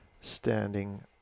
standing